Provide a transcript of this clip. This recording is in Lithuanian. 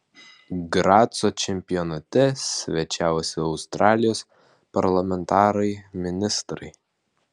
graco čempionate svečiavosi australijos parlamentarai ministrai